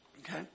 Okay